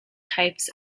types